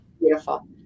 Beautiful